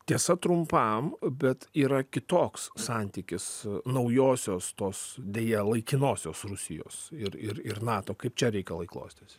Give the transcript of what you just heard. tiesa trumpam bet yra kitoks santykis naujosios tos deja laikinosios rusijos ir ir ir nato kaip čia reikalai klostėsi